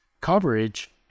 coverage